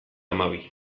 hamabi